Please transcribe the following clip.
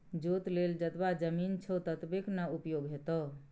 जोत लेल जतबा जमीन छौ ततबेक न उपयोग हेतौ